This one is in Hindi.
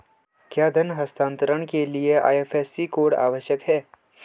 क्या धन हस्तांतरण के लिए आई.एफ.एस.सी कोड आवश्यक है?